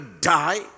die